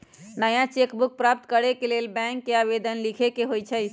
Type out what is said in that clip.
नया cheque book प्राप्त करेके लेल बैंक के आवेदन लीखे के होइ छइ